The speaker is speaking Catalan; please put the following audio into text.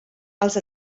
els